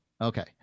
Okay